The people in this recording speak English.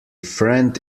friend